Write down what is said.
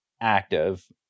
active